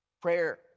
Prayer